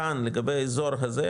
כאן לגבי האזור הזה,